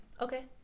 Okay